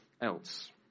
else